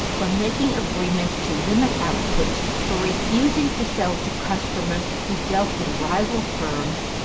for making agreements to limit output, for refusing to sell to customers who dealt with rival firms,